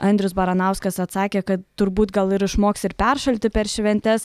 andrius baranauskas atsakė kad turbūt gal ir išmoks ir peršalti per šventes